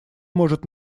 может